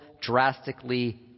drastically